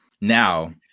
now